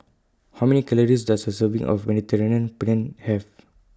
How Many Calories Does A Serving of Mediterranean Penne Have